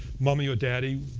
mommy or daddy,